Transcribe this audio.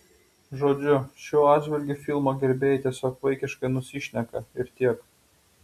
žodžiu šiuo atžvilgiu filmo gerbėjai tiesiog vaikiškai nusišneka ir tiek